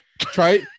try